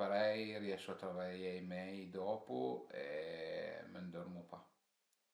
parei riesu a travaié mei dopu e m'ëndörmu pa